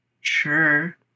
Sure